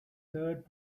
third